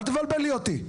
אל תבלבלי אותי.